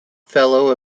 fellow